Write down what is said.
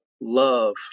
love